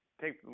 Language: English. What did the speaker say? take